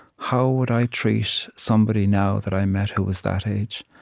how would i treat somebody now that i met, who was that age?